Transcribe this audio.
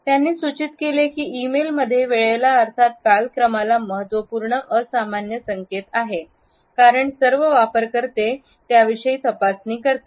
त्यांनी सूचित केले की ईमेल मध्ये वेळेला अर्थात कालक्रमाला महत्त्वपूर्ण असामान्य संकेत आहेत कारण सर्व वापरकरते तपासणी करतात